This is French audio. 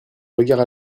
regard